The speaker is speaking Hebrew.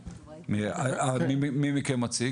מי מכם יציג?